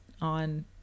on